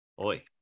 oi